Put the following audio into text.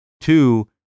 Two